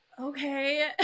okay